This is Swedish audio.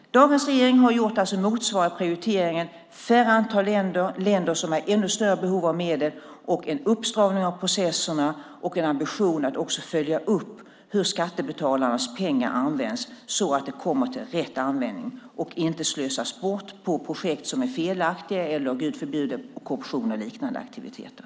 Dagens regering har alltså gjort den motsvarande prioriteringen på ett mindre antal länder, på länder som har ännu större behov av medel. Det är en uppstramning av processerna och en ambition att följa upp hur skattebetalarnas pengar används så att de kommer till rätt användning och inte slösas bort på projekt som är felaktiga eller, Gud förbjude, korruption och liknande aktiviteter.